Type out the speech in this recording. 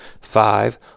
Five